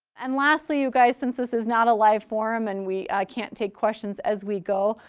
and lastly, you guys, since this is not a live forum and we can't take questions as we go,